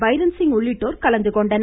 பைரன்சிங் உள்ளிட்டோர் கலந்துகொண்டனர்